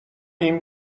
این